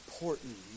important